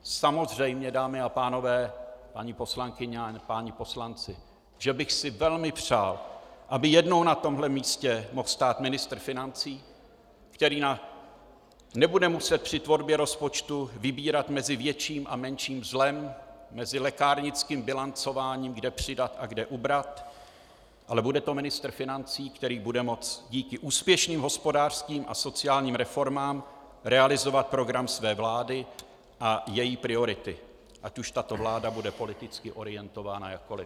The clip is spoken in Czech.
Samozřejmě, dámy a pánové, paní poslankyně a páni poslanci, že bych si velmi přál, aby jednou na tomto místě mohl stát ministr financí, který nebude muset při tvorbě rozpočtu vybírat mezi větším a menším zlem, mezi lékárnickým bilancováním, kde přidat a kde ubrat, ale bude to ministr financí, který bude moct díky úspěšným hospodářským a sociálním reformám realizovat program své vlády a její priority, ať už tato vláda bude orientována jakkoliv.